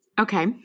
Okay